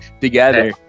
together